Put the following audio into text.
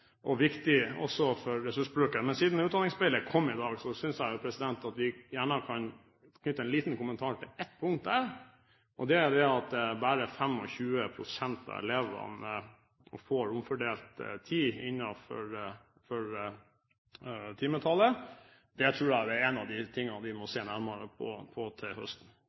for ressursbruken. Siden Utdanningsspeilet kom i dag, synes jeg at vi gjerne kan knytte en kommentar til ett punkt der, nemlig at bare 25 pst. av elevene får omfordelt tid innenfor timetallet. Det tror jeg er en av de tingene vi må se nærmere på til høsten.